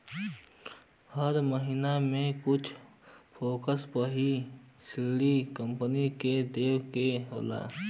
हर महिना में कुछ फिक्स पइसा ऋण कम्पनी के देवे के होला